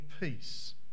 peace